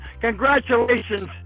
Congratulations